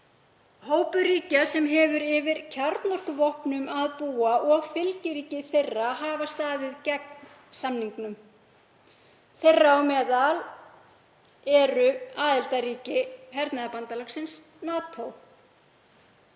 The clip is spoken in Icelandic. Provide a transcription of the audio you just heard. Hópur ríkja sem hefur yfir kjarnorkuvopnum að búa og fylgiríki þeirra hafa staðið gegn samningnum, þeirra á meðal eru aðildarríki hernaðarbandalagsins NATO.